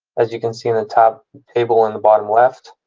as you can see in the top table in the bottom left,